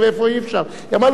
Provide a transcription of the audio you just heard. היא אמרה: לא, אני לא קובעת.